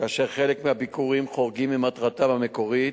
כאשר חלק מהביקורים חורגים ממטרתם המקורית,